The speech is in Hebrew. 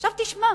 עכשיו תשמע.